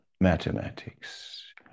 mathematics